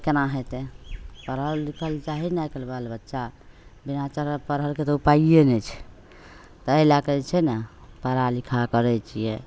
कोना हेतै पढ़ल लिखल चाही ने आइकाल्हि बाल बच्चा बिना पढ़लके तऽ उपाइए नहि छै एहि लैके जे छै ने पढ़ा लिखा करै छिए